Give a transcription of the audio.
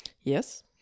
Yes